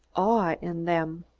awe in them.